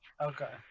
Okay